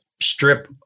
strip